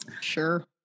Sure